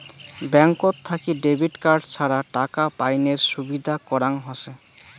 ব্যাঙ্কত থাকি debit card ছাড়া টাকা পাইনের সুবিধা করাং হসে